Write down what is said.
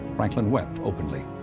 franklin wept openly.